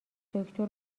دکتر